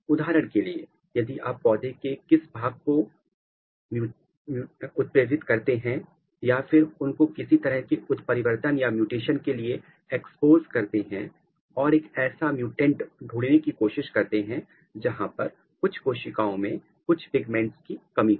उदाहरण के लिए यदि आप पौधे के किस भाग को उत्प्रेरित करते हैं या फिर उनको किसी तरह के उत्परिवर्तन के लिए एक्सपोज करते हैं और एक ऐसा म्युटेंट ढूंढने की कोशिश करते हैं जहां पर कुछ कोशिकाओं में कुछ पिगमेंट्स की कमी हो